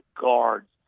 guards